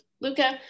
Luca